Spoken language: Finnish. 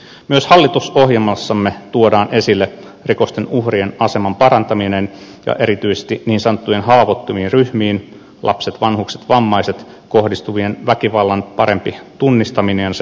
myös hallitusohjelmassamme tuodaan esille rikosten uhrien aseman parantaminen ja erityisesti niin sanottujen haavoittu vien ryhmiin lapsiin vammaisiin vanhuksiin kohdistuvien väkivallan parempi tunnistaminen ja sen ehkäisy